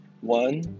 one